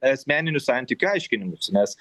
asmeninių santykių aiškinimuisi nes